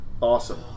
Awesome